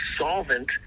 solvent